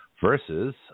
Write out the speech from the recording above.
versus